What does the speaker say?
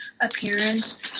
appearance